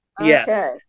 yes